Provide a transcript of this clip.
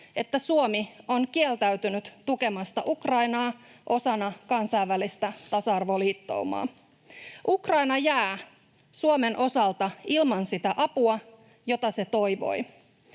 että Suomi on kieltäytynyt tukemasta Ukrainaa osana kansainvälistä tasa-arvoliittoumaa. Ukraina jää Suomen osalta ilman sitä apua, jota se toivoi.